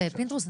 פינדרוס,